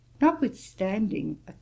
notwithstanding